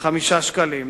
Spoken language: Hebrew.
שקלים.